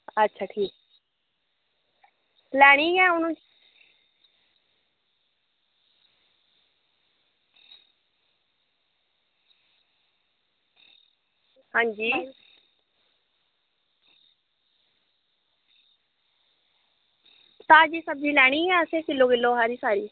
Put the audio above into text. अच्छा ठीक लैनी गै हून अंजी ताज़ी सब्ज़ी लैनी ऐ असें किलो किलो सारी